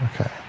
Okay